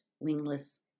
wingless